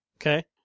okay